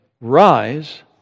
rise